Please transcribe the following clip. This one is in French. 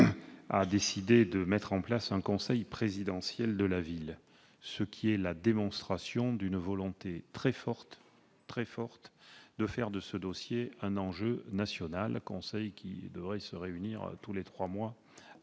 a décidé de mettre en place un conseil présidentiel de la ville. Il fait ainsi la démonstration d'une volonté très forte de faire de ce dossier un enjeu national. Ce conseil devrait se réunir à l'Élysée tous les trois mois.